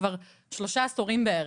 כבר שלושה עשורים בערך,